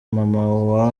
maman